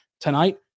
tonight